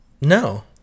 no